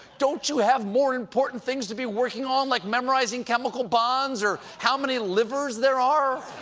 don't you have more important things to be working on, like memorizing chemical bonds or how many livers there are.